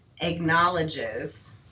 acknowledges